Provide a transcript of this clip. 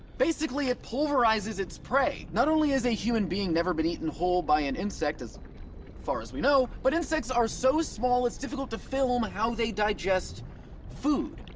basically, it pulverizes its prey. not only has a human being never been eaten whole by an insect, as far as we know, but insects are so small, it's difficult to film how they digest food.